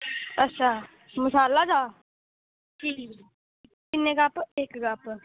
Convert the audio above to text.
अच्छा मसाला चाह् ठीक ऐ किन्ने कप इक्क कप